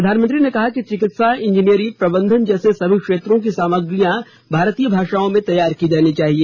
प्रधानमंत्री ने कहा कि चिकित्सा इंजीनियरी प्रबंधन जैसे सभी क्षेत्रो की सामग्री भारतीय भाषाओं में तैयार की जानी चाहिए